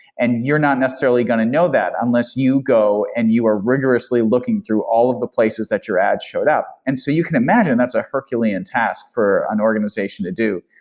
and you're not necessarily going to know that unless you go and you are rigorously looking through all of the places that your ad showed up. and so you can imagine, that's a herculean task for an organization to do.